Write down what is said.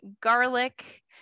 garlic